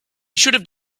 should